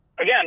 Again